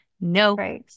No